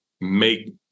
make